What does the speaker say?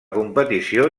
competició